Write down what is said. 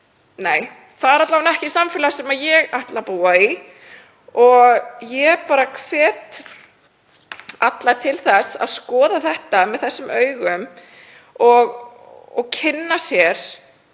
Nei, það er alla vega ekki samfélag sem ég ætla að búa í og ég hvet alla til að skoða þetta með þessum augum og kynna sér